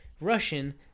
Russian